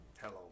Hello